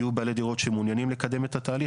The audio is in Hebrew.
יהיו בעלי דירות שמעוניינים לקדם את התהליך.